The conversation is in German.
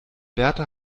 berta